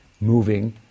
moving